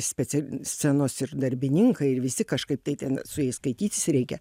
special scenos ir darbininkai ir visi kažkaip tai ten su jais skaitytis reikia